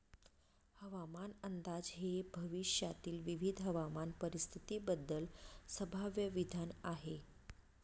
हवामान अंदाज हे भविष्यातील विविध हवामान परिस्थितींबद्दल संभाव्य विधान आहे